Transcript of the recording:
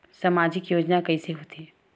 सामजिक योजना कइसे होथे?